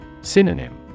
Synonym